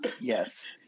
yes